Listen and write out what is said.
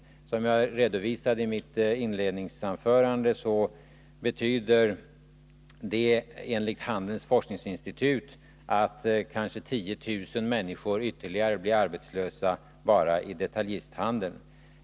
Som jag redovisade i mitt inledningsanförande betyder ett nej till momssänkning enligt handelns forskningsinstitut att kanske 10000 människor ytterligare blir arbetslösa bara i detaljhandeln.